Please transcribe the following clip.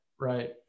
Right